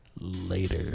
Later